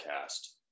cast